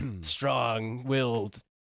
strong-willed